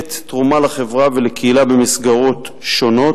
מבטאת תרומה לחברה ולקהילה במסגרות שונות,